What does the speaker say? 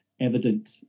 evident